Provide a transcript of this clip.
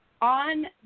on